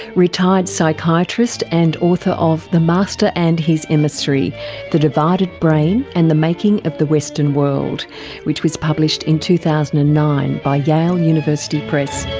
retired psychiatrist and author of the master and his emissary the divided brain and the making of the western world which was published in two thousand and nine by yale university press.